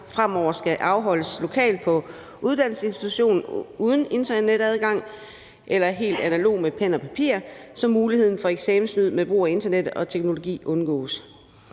fremover skal afholdes lokalt på uddannelsesinstitutionen uden internetadgang eller helt analogt med pen og papir, så muligheden for eksamenssnyd med brug af internet og teknologi undgås.